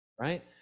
right